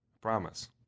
Promise